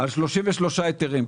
עד 33 היתרים.